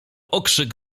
okrzyk